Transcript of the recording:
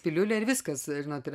piliulę ir viskas žinot yra